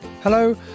Hello